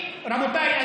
רבותיי,